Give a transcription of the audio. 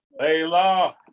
Layla